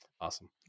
awesome